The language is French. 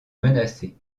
menacée